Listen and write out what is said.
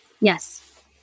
yes